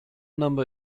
number